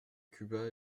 cuba